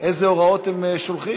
איזה הוראות הם שולחים.